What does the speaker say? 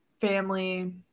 family